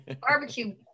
barbecue